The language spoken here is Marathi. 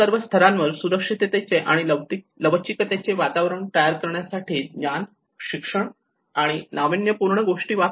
सर्व स्तरांवर सुरक्षिततेचे आणि लवचिकतेचे वातावरण तयार करण्यासाठी ज्ञान शिक्षण आणि नाविन्यपूर्ण गोष्टी वापरा